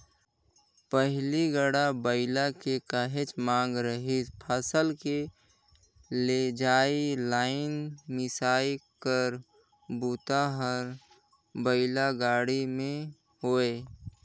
पहिली गाड़ा बइला के काहेच मांग रिहिस फसल के लेजइ, लनइ, मिसई कर बूता हर बइला गाड़ी में होये